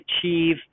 achieve